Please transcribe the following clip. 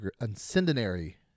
incendiary